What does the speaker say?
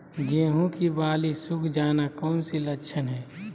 गेंहू की बाली सुख जाना कौन सी लक्षण है?